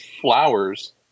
flowers